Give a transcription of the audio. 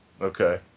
Okay